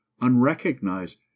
unrecognized